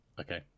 Okay